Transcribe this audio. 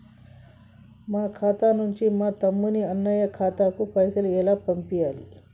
మా ఖాతా నుంచి మా తమ్ముని, అన్న ఖాతాకు పైసలను ఎలా పంపియ్యాలి?